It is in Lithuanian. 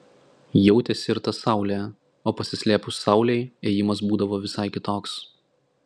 jautėsi ir ta saulė o pasislėpus saulei ėjimas būdavo visai kitoks